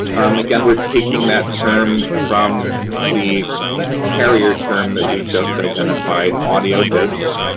again, we're taking that term from the the carrier term that we just identified audio discs.